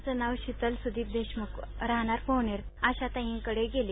माझं नाव शितल सुदीज्प देशमुख राहणार पोहनेर आशाताईकडे गेले